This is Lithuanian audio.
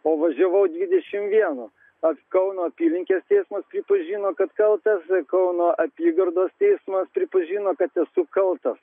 o važiavau dvidešimt vienu pats kauno apylinkės teismas pripažino kad kaltas kauno apygardos teismas pripažino kad esu kaltas